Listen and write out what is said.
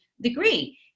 degree